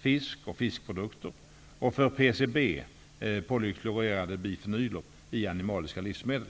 fisk och fiskprodukter och för PCB i animaliska livsmedel.